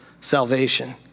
salvation